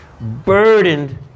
burdened